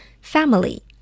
Family